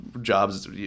jobs